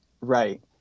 right